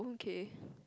kay